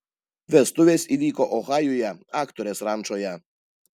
vestuvės įvyko ohajuje aktorės rančoje